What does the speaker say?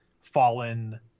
fallen